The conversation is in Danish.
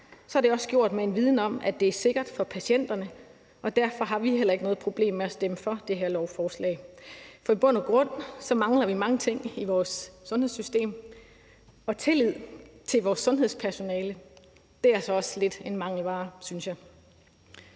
er, er det også gjort med en viden om, at det er sikkert for patienterne. Derfor har vi heller ikke noget problem med at stemme for det her lovforslag. I bund og grund mangler vi mange ting i vores sundhedssystem, og tillid til vores sundhedspersonale er altså også lidt en mangelvare, synes jeg.